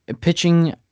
pitching